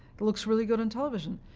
it looks really good on television.